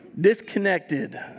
disconnected